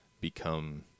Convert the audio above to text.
become